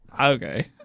Okay